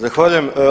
Zahvaljujem.